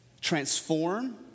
transform